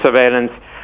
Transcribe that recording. surveillance